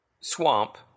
swamp